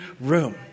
room